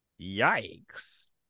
Yikes